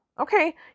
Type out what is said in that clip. Okay